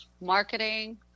marketing